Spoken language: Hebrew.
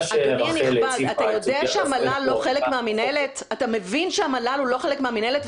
אתה מבין שהמל"ל הוא לא חלק מהמינהלת,